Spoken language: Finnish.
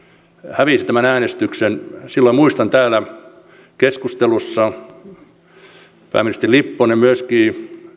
hävisi tämän äänestyksen muistan miten silloin täällä keskustelussa pääministeri lipponen ja myöskin